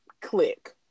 click